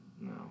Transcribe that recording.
No